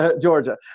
Georgia